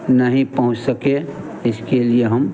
नहीं पहुँच सके इसके लिए हम